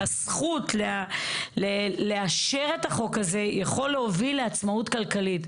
הזכות לאשר את החוק הזה יכולה להוביל לעצמאות כלכלית.